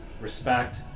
respect